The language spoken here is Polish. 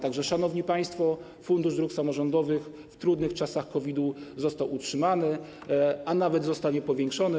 Tak że, szanowni państwo, Fundusz Dróg Samorządowych w trudnych czasach COVID-u został utrzymany, a nawet zostanie powiększony.